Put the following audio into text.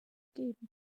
geben